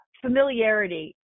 familiarity